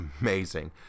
amazing